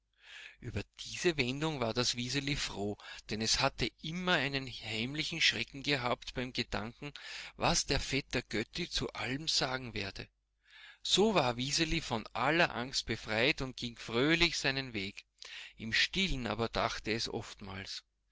über diese wendung war das wiseli froh denn es hatte immer einen heimlichen schrecken gehabt beim gedanken was der vetter götti zu allem sagen werde so war wiseli von aller angst befreit und ging fröhlich seinen weg im stillen aber dachte es oftmals